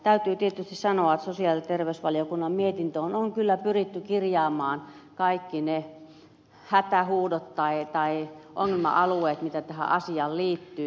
täytyy tietysti sanoa että sosiaali ja terveysvaliokunnan mietintöön on kyllä pyritty kirjaamaan kaikki ne hätähuudot tai ongelma alueet joita tähän asiaan liittyy